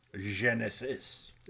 Genesis